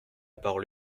parole